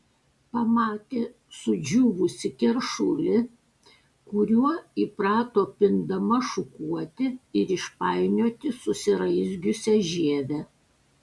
pamatė sudžiūvusį keršulį kuriuo įprato pindama šukuoti ir išpainioti susiraizgiusią žievę